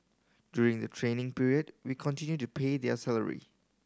during the training period we continue to pay their salary